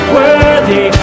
worthy